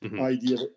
idea